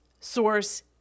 source